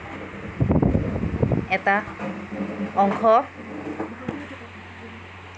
এটা অংশ